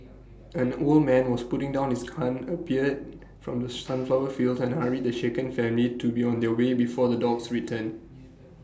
an old man who was putting down his gun appeared from the sunflower fields and hurried the shaken family to be on their way before the dogs return